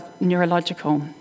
neurological